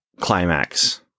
climax